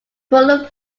full